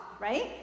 right